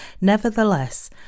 Nevertheless